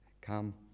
come